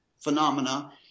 phenomena